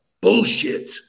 bullshit